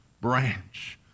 branch